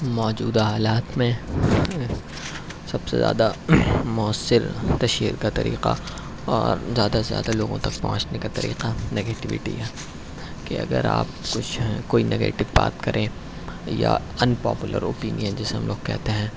موجودہ حالات میں سب سے زیادہ مؤثر تشہیر کا طریقہ اور زیادہ سے زیادہ لوگوں تک پہنچنے کا طریقہ نگیٹوٹی ہے کہ اگر آپ کچھ ہیں کوئی نگیٹوٹی بات کریں یا ان پاپولر اوپینین جسے ہم لوگ کہتے ہیں